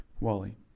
Wally